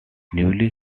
newly